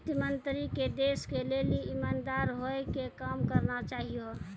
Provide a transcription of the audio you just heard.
वित्त मन्त्री के देश के लेली इमानदार होइ के काम करना चाहियो